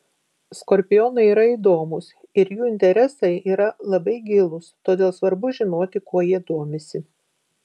skorpionai yra įdomūs ir jų interesai yra labai gilūs todėl svarbu žinoti kuo jei domisi